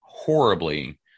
horribly